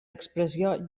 expressió